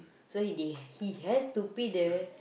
so they he has to pay the